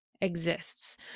exists